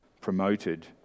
promoted